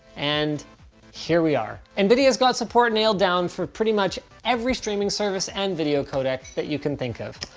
and here we are. nvidia has got support nailed down for pretty much every streaming service and video codec that you can think of,